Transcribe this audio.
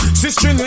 sister